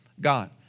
God